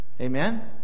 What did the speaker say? Amen